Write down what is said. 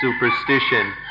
superstition